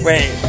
Wait